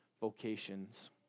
vocations